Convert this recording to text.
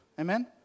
Amen